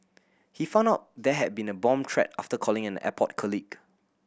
he found out there had been a bomb threat after calling an airport colleague